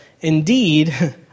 Indeed